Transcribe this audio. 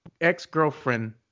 ex-girlfriend